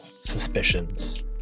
suspicions